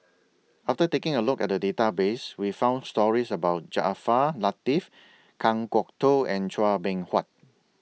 after taking A Look At The Database We found stories about Jaafar Latiff Kan Kwok Toh and Chua Beng Huat